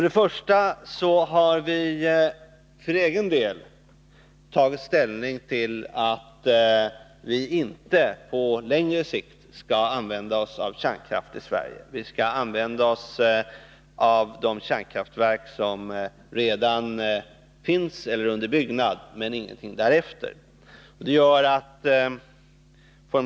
Det första är att vi för egen del har tagit ställning och klargjort att vi inte på längre sikt skall använda oss av kärnkraft i Sverige. Vi skall använda de kärnkraftverk som redan finns eller som är under byggnad, men ingen kärnkraftsuppbyggnad skall ske därefter.